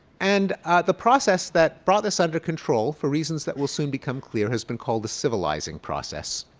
and the process that brought this under control, for reasons that will soon become clear, has been called the civilizing process.